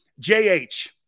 JH